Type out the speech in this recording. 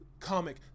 comic